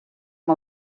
amb